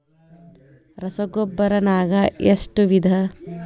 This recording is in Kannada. ರಸಗೊಬ್ಬರ ನಾಗ್ ಎಷ್ಟು ವಿಧ?